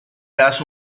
das